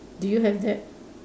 do you have that